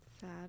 sad